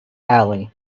ali